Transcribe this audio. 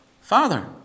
father